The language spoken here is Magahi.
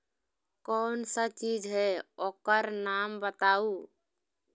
कौन सा चीज है ओकर नाम बताऊ?